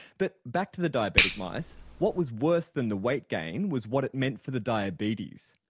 but back to the diabetic mice. what was worse than the weight gain was what it meant for the diabetes.